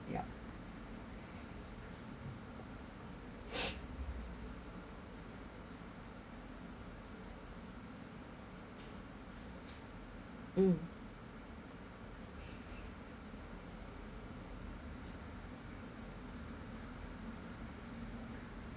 yup mm